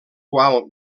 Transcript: qual